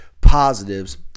positives